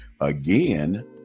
Again